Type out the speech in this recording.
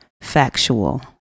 factual